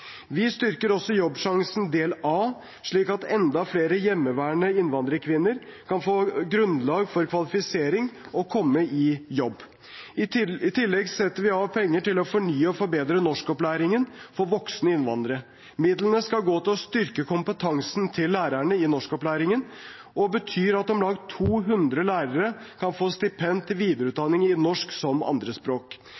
Vi styrker også Jobbsjansen del A, slik at enda flere hjemmeværende innvandrerkvinner kan få grunnleggende kvalifisering og komme i jobb. I tillegg setter vi av penger til å fornye og forbedre norskopplæringen for voksne innvandrere. Midlene skal gå til å styrke kompetansen til lærerne i norskopplæringen og betyr at om lag 200 lærere kan få stipend til